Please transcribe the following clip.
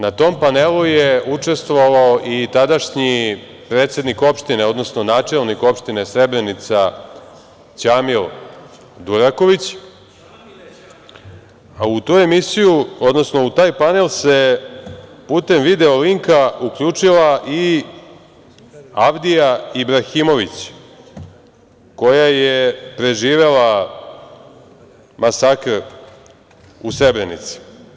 Na tom panelu je učestvovao i tadašnji predsednik opštine, odnosno načelnik opštine Srebrenica Đamil Duraković, a u tu emisiju, odnosno u taj panel se putem video linka uključila i Avdija Ibrahimović, koja je preživela masakr u Srebrenici.